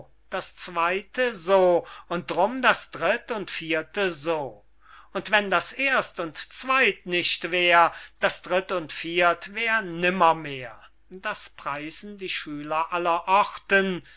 das zweyte so und drum das dritt und vierte so und wenn das erst und zweyt nicht wär das dritt und viert wär nimmermehr das preisen die schüler aller orten